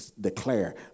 declare